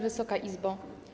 Wysoka Izbo!